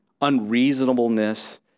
unreasonableness